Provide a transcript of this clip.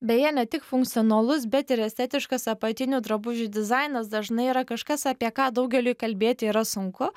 beje ne tik funkcionalus bet ir estetiškas apatinių drabužių dizainas dažnai yra kažkas apie ką daugeliui kalbėti yra sunku